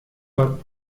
war